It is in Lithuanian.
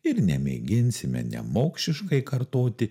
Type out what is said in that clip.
ir nemėginsime nemokšiškai kartoti